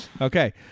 Okay